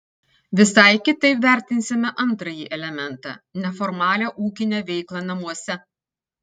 visai kitaip vertinsime antrąjį elementą neformalią ūkinę veiklą namuose